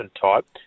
type